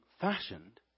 fashioned